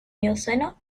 plioceno